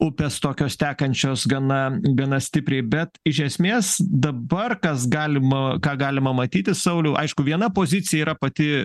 upės tokios tekančios gana gana stipriai bet iš esmės dabar kas galima ką galima matyti sauliau aišku viena pozicija yra pati